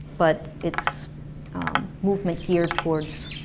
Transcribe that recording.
but it's movement geared towards